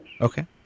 Okay